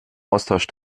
austausch